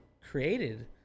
created